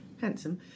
handsome